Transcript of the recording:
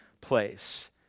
place